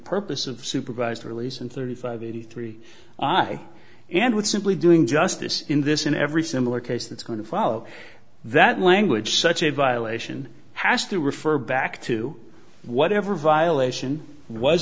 purpose of supervised release and thirty five eighty three i and with simply doing justice in this in every similar case that's going to follow that language such a violation has to refer back to whatever violation was